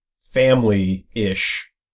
family-ish